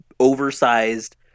oversized